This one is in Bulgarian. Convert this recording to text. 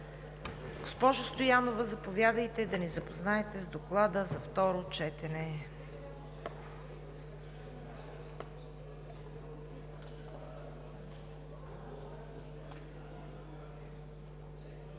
Госпожо Стоянова, заповядайте да ни запознаете с Доклада за второ четене.